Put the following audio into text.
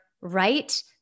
right